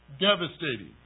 Devastating